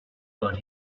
but